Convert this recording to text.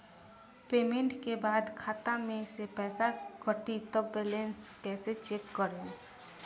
Payment के बाद खाता मे से पैसा कटी त बैलेंस कैसे चेक करेम?